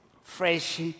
Fresh